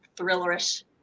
thrillerish